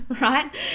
right